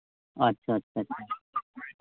ᱟᱪᱪᱷᱟ ᱟᱪᱪᱷᱟ ᱟᱪᱪᱷᱟ